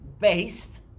based